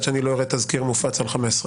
עד שאני לא אראה תזכיר מופץ על ,5.